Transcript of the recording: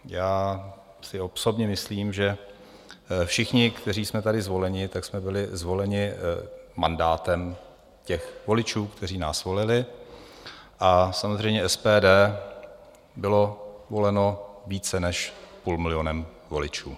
Já si osobně myslím, že všichni, kteří jsme tady zvoleni, tak jsme byli zvoleni mandátem těch voličů, kteří nás volili, a samozřejmě SPD bylo voleno více než půl milionem voličů.